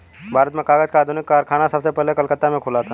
भारत में कागज का आधुनिक कारखाना सबसे पहले कलकत्ता में खुला था